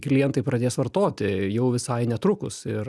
klientai pradės vartoti jau visai netrukus ir